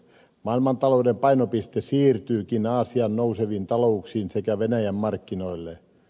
maailmantalouden painopiste siirtyykin aasian nouseviin talouksiin sekä venäjän markkinoille